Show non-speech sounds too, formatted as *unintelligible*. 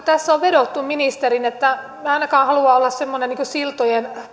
*unintelligible* tässä on vedottu ministeriin minä en ainakaan halua olla semmoinen siltojen